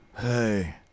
Hey